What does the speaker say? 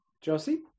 Josie